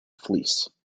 fleece